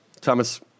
Thomas